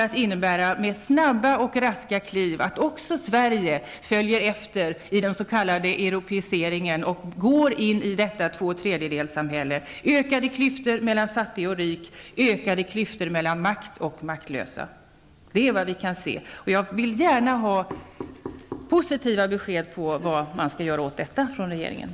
Det innebär att också Sverige med raska och snabba kliv följer efter i den s.k. europiseringen och går in i tvåtredjedelssamhället, vilket leder till ökade klyftor mellan fattiga och rika, ökade klyftor mellan makt och maktlösa. Det är vad vi kan se. Jag vill gärna ha positiva besked från regeringen om vad man skall göra åt detta.